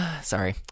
sorry